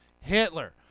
Hitler